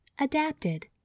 Adapted